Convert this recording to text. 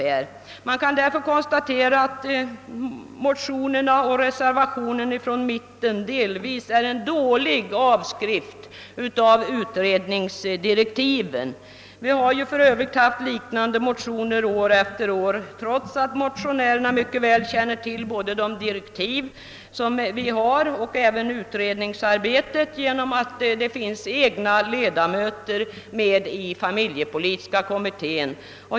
Mittenpartiernas motioner och reservationen är delvis en dålig avskrift av utredningsdirektiven. Liknande motioner har väckts år efter år trots att motionärerna mycket väl känner till de direktiv vi har, och de har även kännedom om utredningsarbetet genom det egna partiets ledamöter i familjepolitiska kommittén.